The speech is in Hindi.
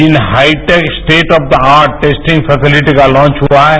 Jin high tech state of the art testing facility का लांच हुआ है